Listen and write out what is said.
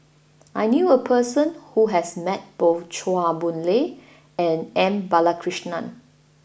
I knew a person who has met both Chua Boon Lay and M Balakrishnan